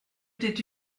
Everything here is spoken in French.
était